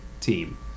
team